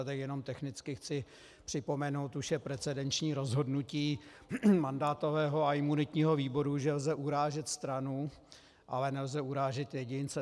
Tak jenom technicky chci připomenout už je precedenční rozhodnutí mandátového a imunitního výboru, že lze urážet stranu, ale nelze urážet jedince.